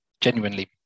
genuinely